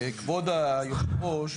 כבוד היו"ר,